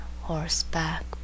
horseback